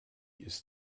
ist